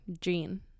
gene